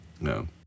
No